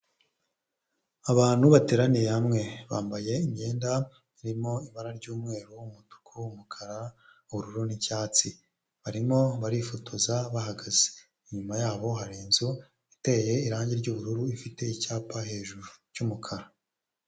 Abantu bateraniye hamwe bambaye imyenda irimo ibara ry'mweru, umutuku, umukara, ubururu n'icyatsi barimo barifotoza bahagaze inyuma yabo hari inzu iteye irangi ry'ubururu ifite icyapa hejuru cy'umukara.